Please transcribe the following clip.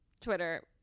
twitter